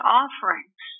offerings